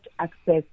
access